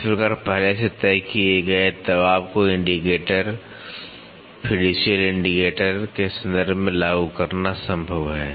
इस प्रकार पहले से तय किए गए दबाव को इंडिकेटर फिड्यूशियल इंडिकेटर के संदर्भ में लागू करना संभव है